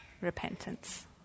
repentance